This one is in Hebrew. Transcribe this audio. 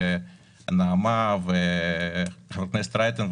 נעמה לזימי ורייטן,